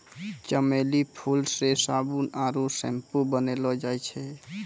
चमेली फूल से साबुन आरु सैम्पू बनैलो जाय छै